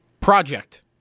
Project